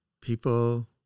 People